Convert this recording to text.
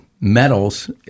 metals